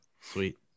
sweet